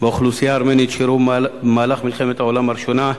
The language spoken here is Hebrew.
באוכלוסייה הארמנית שאירעו במהלך מלחמת העולם הראשונה,